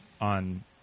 on